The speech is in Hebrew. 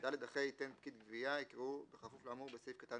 (ד)אחרי "יתן פקיד גבייה" יקראו "בכפוף לאמור בסעיף קטן